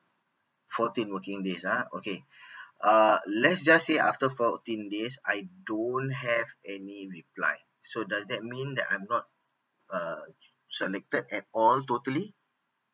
fourteen working days ah okay uh let's just say after fourteen days I don't have any reply so does that mean that I'm not uh selected at all totally